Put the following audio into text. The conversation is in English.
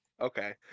Okay